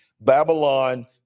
Babylon